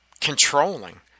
controlling